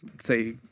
say